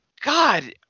God